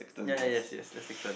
ya ya yes yes let's take turn